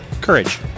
Courage